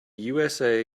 usa